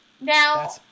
Now